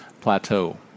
plateau